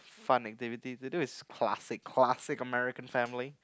fun activity to do it's classic classic American family